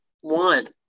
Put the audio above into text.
one